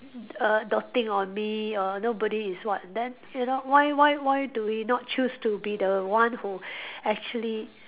err doting on me or nobody is what then why why why do we not choose to be the one who actually